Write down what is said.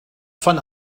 von